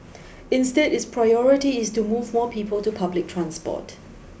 instead its priority is to move more people to public transport